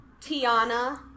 Tiana